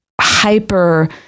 hyper